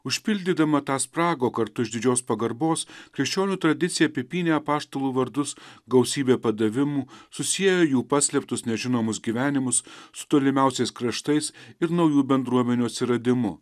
užpildydama tą spragą o kartu iš didžios pagarbos krikščionių tradicija apipynė apaštalų vardus gausybe padavimų susiejo jų paslėptus nežinomus gyvenimus su tolimiausiais kraštais ir naujų bendruomenių atsiradimu